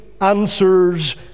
answers